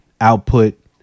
output